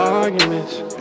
arguments